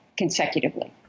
Consecutively